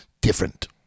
different